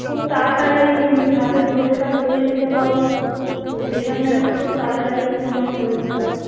খুব তাড়াতাড়ি যাতে ডিভোর্সটা করিয়ে দিতে পারো সেই জন্য একটু খুব তাড়াতাড়ি একটু আমার করে দিতে হবে